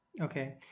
Okay